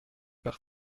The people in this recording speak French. par